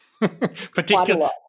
Particularly